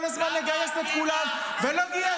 היה לכם את כל הזמן לגייס את כולם, ולא גייסתם.